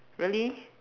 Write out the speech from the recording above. really